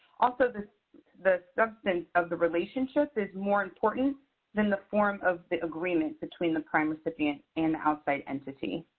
also the the substance of the relationship is more important than the form of the agreement between the prime recipient and outside entity.